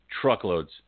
truckloads